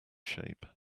shape